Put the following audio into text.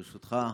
ברשותך,